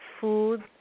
food